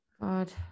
God